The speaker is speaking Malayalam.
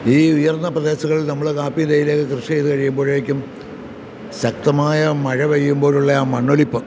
ഈ ഉയർന്ന പ്രദേശങ്ങളിൽ നമ്മൾ കാപ്പിയും തേയിലയും ഒക്കെ കൃഷിചെയ്ത് കഴിയുമ്പോഴേക്കും ശക്തമായ മഴ പെയ്യുമ്പോഴുള്ള ആ മണ്ണൊലിപ്പ്